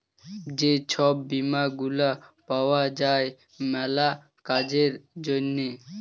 যে ছব বীমা গুলা পাউয়া যায় ম্যালা কাজের জ্যনহে